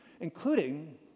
Including